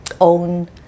own